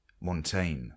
Montaigne